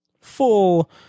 full